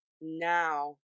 now